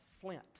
flint